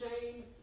shame